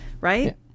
right